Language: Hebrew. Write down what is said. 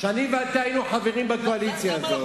שאני ואתה היינו חברים בקואליציה הזאת,